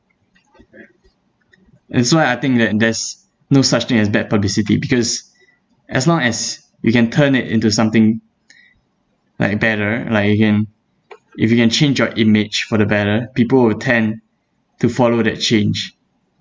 and so I'll think that there's no such thing as bad publicity because as long as you can turn it into something like better like you can if you can change your image for the better people will tend to follow that change